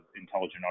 intelligent